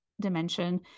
dimension